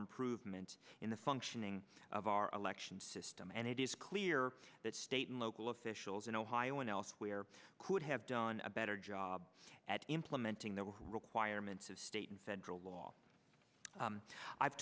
improvement in the functioning of our election system and it is clear that state and local officials in ohio and elsewhere could have done a better job at implementing the requirements of state and federal law i've